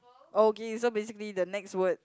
okay so basically the next word